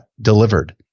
delivered